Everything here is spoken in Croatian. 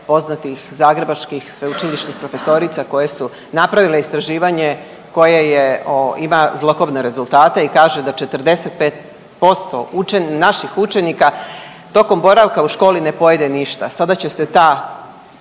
poznatih zagrebačkih sveučilišnih profesorica koje su napravile istraživanje koje je o, ima zlokobne rezultate i kaže da 45% .../nerazumljivo/... naših učenika tokom boravka u školi ne pojede ništa. Sada će se ta